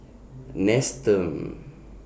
Nestum